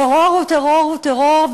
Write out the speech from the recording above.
טרור הוא טרור הוא טרור,